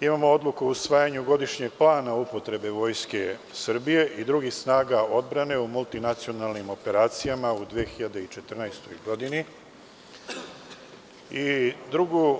Imamo Odluku o usvajanju godišnjeg plana upotrebe Vojske Srbije i drugih snaga odbrane u multinacionalnim operacijama u 2014. godini i drugu